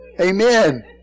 Amen